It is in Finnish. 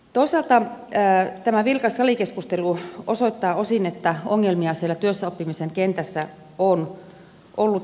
toisaalta tämä vilkas salikeskustelu osoittaa osin että ongelmia siellä työssäoppimisen kentässä on ollut